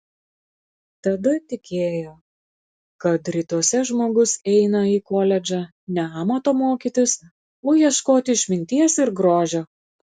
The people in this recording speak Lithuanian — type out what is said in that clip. tada tikėjo kad rytuose žmogus eina į koledžą ne amato mokytis o ieškoti išminties ir grožio